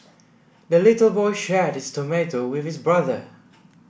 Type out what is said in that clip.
the little boy shared his tomato with his brother